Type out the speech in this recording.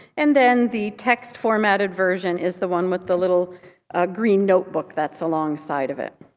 and then the text-formatted version is the one with the little green notebook that's alongside of it.